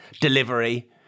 delivery